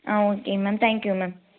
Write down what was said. ah okay ma'am thank you ma'am